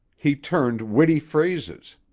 he turned witty phrases.